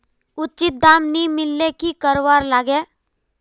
उचित दाम नि मिलले की करवार लगे?